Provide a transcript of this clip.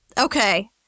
Okay